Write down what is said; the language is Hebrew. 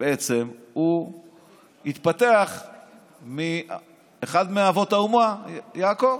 בעצם התפתח מאחד מאבות האומה, יעקב,